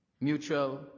mutual